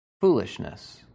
foolishness